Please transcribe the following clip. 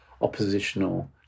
oppositional